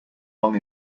long